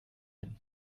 denn